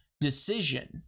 decision